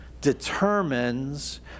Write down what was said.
determines